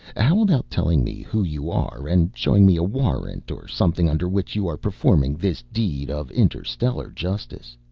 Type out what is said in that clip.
how about telling me who you are and showing me a warrant or something under which you are performing this deed of interstellar justice.